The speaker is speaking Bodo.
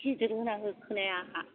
गिदिर होना हो खोनाया आंहा